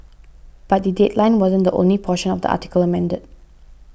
but the headline wasn't the only portion of the article amended